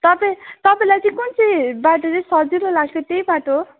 तपाईँ तपाईँलाई चाहिँ कुन चाहिँ बाटो चाहिँ सजिलो लाग्छ त्यही बाटो